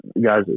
guys